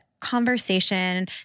conversation